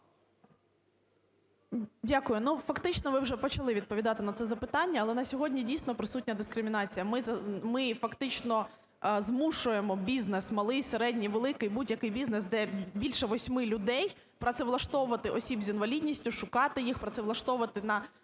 Дякую. Фактично ви вже почали відповідати на це запитання, але на сьогодні дійсно присутня дискримінація. Ми фактично змушуємо бізнес, малий, середній, великий, будь-який бізнес, де більше 8 людей, працевлаштовувати осіб з інвалідністю, шукати їх, працевлаштовувати на